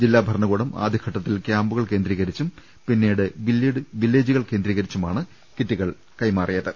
ജില്ലാഭരണകൂടം ആദ്യ ഘട്ടത്തിൽ കൃാമ്പുകൾ കേന്ദ്രീകരിച്ചും പിന്നീട് വില്ലേജുകൾ കേന്ദ്രീ കരിച്ചുമാണ് കിറ്റുകൾ കൈമാറിയത്